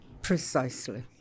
Precisely